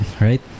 right